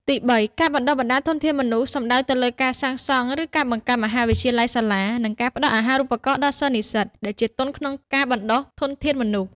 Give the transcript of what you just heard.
ទីបី ការបណ្ដុះបណ្ដាលធនធានមនុស្ស សំដៅទៅលើ ការសាងសង់ឬបង្កើតមហាវិទ្យាល័យ សាលា និងការផ្តល់អាហារូបករណ៍ដល់សិស្សនិស្សិតដែលជាទុនក្នុងការបណ្តុះធនធានមនុស្ស។